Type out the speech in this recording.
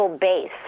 Base